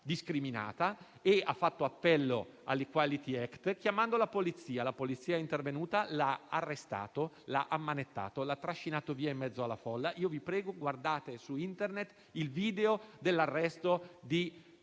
discriminata e ha fatto appello all'Equality Act, chiamando la polizia, che è intervenuta, lo ha arrestato e ammanettato, trascinandolo via in mezzo alla folla. Vi prego di guardare su Internet il video dell'arresto di